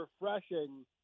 refreshing